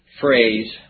phrase